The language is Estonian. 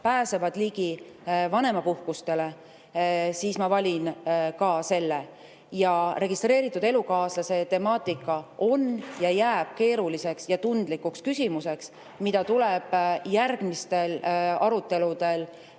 pääsevad ligi vanemapuhkusele, siis ma valin ka selle. Registreeritud elukaaslase temaatika on ja jääb keeruliseks ja tundlikuks küsimuseks, mida tuleb järgmistel aruteludel